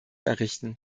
errichten